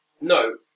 No